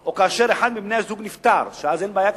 או כאשר אחד מבני הזוג נפטר, שאז אין בעיה כזאת,